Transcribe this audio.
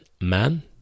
man